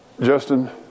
Justin